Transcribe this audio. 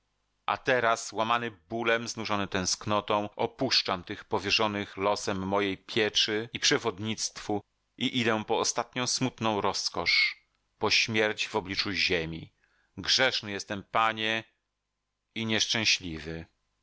a teraz łamany bólem znużony tęsknotą opuszczam tych powierzonych losem mej pieczy i przewodnictwu i idę po ostatnią smutną rozkosz po śmierć w obliczu ziemi grzeszny jestem panie i nieszczęśliwy